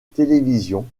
télévision